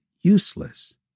useless